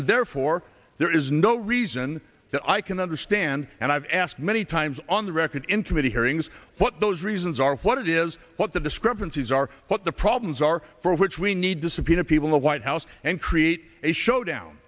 and therefore there is no reason that i can understand and i've asked many times on the record in committee hearings what those reasons are what it is what the discrepancies are what the problems are for which we need to subpoena people the white house and create a showdown